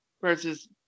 versus